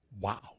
Wow